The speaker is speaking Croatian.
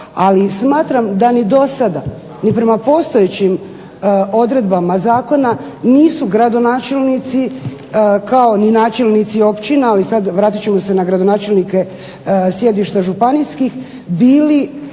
Ali smatram da ni do sada ni prema postojećim odredbama zakona nisu gradonačelnici kao ni načelnici općina, ali sad vratit ćemo se na gradonačelnike sjedišta županijskih bili